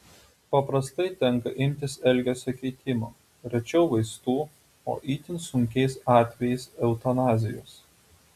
paprastai tenka imtis elgesio keitimo rečiau vaistų o itin sunkiais atvejais eutanazijos